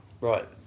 Right